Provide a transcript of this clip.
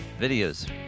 videos